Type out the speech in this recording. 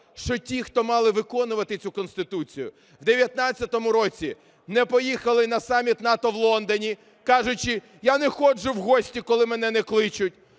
що ті, хто мали виконувати цю Конституцію, в 2019 році не поїхали на саміт НАТО в Лондоні, кажучи: "Я не ходжу в гості, коли мене не кличуть".